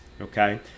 okay